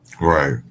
Right